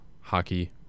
hockey